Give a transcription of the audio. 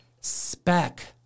spec